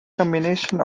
combination